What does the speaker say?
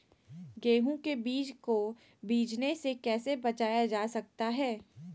गेंहू के बीज को बिझने से कैसे बचाया जा सकता है?